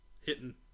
hitting